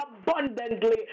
abundantly